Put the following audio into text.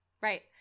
Right